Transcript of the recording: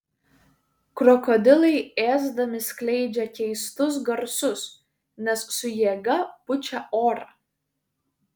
krokodilai ėsdami skleidžia keistus garsus nes su jėga pučia orą